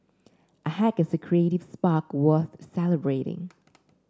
a hack is a creative spark worth celebrating